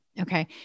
Okay